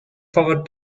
powered